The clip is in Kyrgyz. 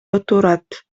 отурат